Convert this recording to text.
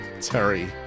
Terry